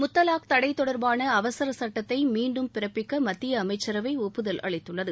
முத்தலாக் தடை தொடர்பாள அவசரச் சட்டத்தை மீண்டும் பிறப்பிக்க மத்திய அமைச்சரவை ஒப்புதல் அளித்துள்ளது